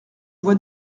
vois